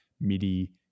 MIDI